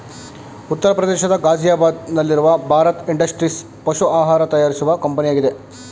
ಉತ್ತರ ಪ್ರದೇಶದ ಗಾಜಿಯಾಬಾದ್ ನಲ್ಲಿರುವ ಭಾರತ್ ಇಂಡಸ್ಟ್ರೀಸ್ ಪಶು ಆಹಾರ ತಯಾರಿಸುವ ಕಂಪನಿಯಾಗಿದೆ